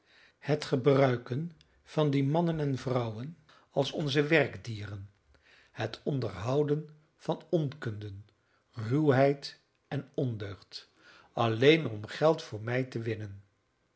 haatte het gebruiken van die mannen en vrouwen als onze werkdieren het onderhouden van onkunde ruwheid en ondeugd alleen om geld voor mij te winnen